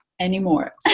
anymore